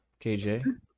kj